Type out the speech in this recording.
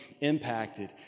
impacted